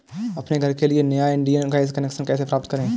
अपने घर के लिए नया इंडियन गैस कनेक्शन कैसे प्राप्त करें?